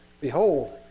Behold